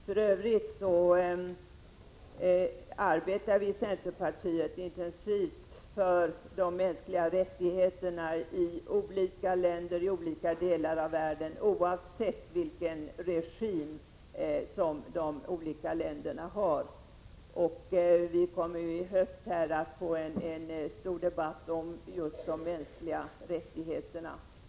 För övrigt arbetar vi i centerpartiet intensivt för de mänskliga rättigheterna i olika länder i olika delar av världen, oavsett vilken regim de har. Vi kommer i höst att få en stor debatt om just de mänskliga rättigheterna.